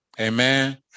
Amen